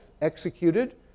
executed